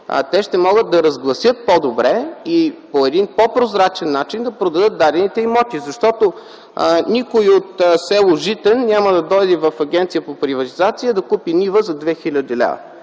те ще могат да разгласяват по-добре и по един по-прозрачен начин да продадат дадените имоти. Никой от с. Житен няма да дойде в Агенцията за приватизация да купи нива за 2 хил.